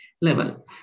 level